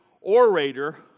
orator